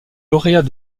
lauréat